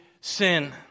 sin